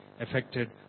affected